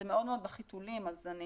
זה מאוד מאוד בחיתולים אז אני